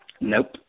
Nope